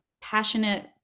passionate